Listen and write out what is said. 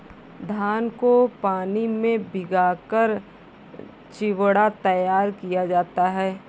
धान को पानी में भिगाकर चिवड़ा तैयार किया जाता है